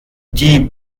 die